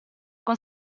con